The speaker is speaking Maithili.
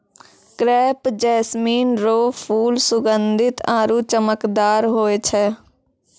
क्रेप जैस्मीन रो फूल सुगंधीत आरु चमकदार होय छै